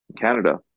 Canada